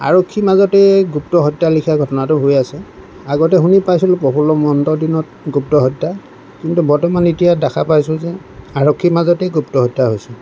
আৰক্ষীৰ মাজতে গুপ্ত হত্যাৰ লেখীয়া ঘটনাটো হৈ আছে আগতে শুনি পাইছিলোঁ প্ৰফুল্ল মহন্তৰ দিনত গুপ্ত হত্যা কিন্তু বৰ্তমান এতিয়া দেখা পাইছোঁ যে আৰক্ষীৰ মাজতেই গুপ্তহত্যা হৈছে